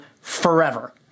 forever